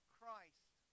Christ